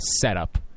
setup